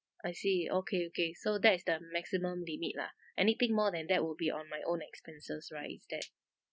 I see okay okay so that is the maximum limit lah anything more than that would be on my own expenses lah is that